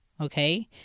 Okay